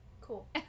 cool